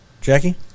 Jackie